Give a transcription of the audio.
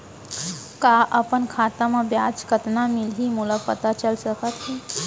का अपन खाता म ब्याज कतना मिलिस मोला पता चल सकता है?